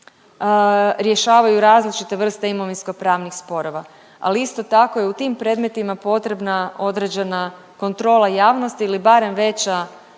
rješavaju različite vrste imovinskopravnih sporova, ali isto tako je i u tim predmetima potrebna određena kontrola javnosti ili barem veća